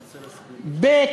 ב.